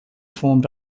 formed